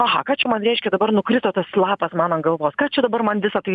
aha ką čia man reiškia dabar nukrito tas lapas man ant galvos ką čia dabar man visa tai